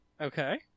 Okay